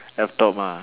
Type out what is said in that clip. laptop mah